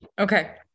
okay